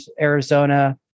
Arizona